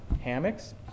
hammocks